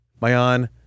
Mayan